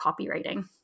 copywriting